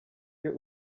iyo